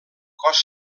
cos